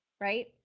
right